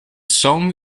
song